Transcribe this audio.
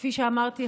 כפי שאמרתי,